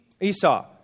Esau